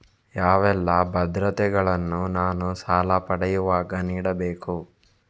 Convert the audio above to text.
ಯಾವೆಲ್ಲ ಭದ್ರತೆಗಳನ್ನು ನಾನು ಸಾಲ ಪಡೆಯುವಾಗ ನೀಡಬೇಕು?